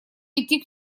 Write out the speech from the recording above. идти